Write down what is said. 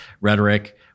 rhetoric